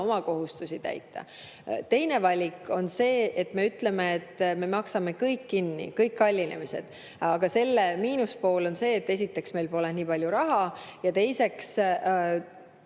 oma kohustusi täita. Teine valik on see, et me ütleme, et me maksame kõik kinni, kõik kallinemised. Aga selle miinuspool on see, et esiteks meil pole nii palju raha ja teiseks